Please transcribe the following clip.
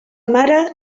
mare